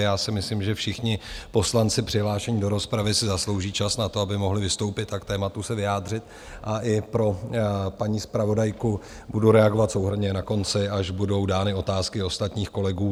Já si myslím, že všichni poslanci přihlášení do rozpravy si zaslouží čas na to, aby mohli vystoupit a k tématu se vyjádřit, a i pro paní zpravodajku budu reagovat souhrnně na konci, až budou dány otázky ostatních kolegů.